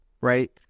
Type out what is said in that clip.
right